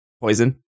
poison